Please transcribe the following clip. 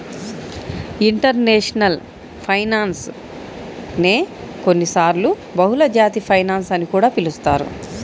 international finance నే కొన్నిసార్లు బహుళజాతి ఫైనాన్స్ అని కూడా పిలుస్తారు